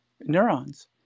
neurons